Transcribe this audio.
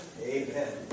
Amen